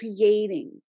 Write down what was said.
creating